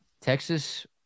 Texas